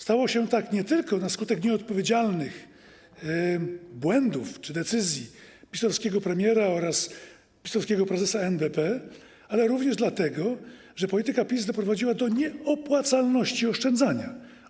Stało się tak nie tylko na skutek nieodpowiedzialnych decyzji czy błędów PiS-owskiego premiera oraz PiS-owskiego prezesa NBP, ale również dlatego, że polityka PiS doprowadziła do nieopłacalności oszczędzania.